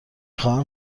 خواهم